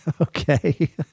Okay